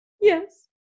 Yes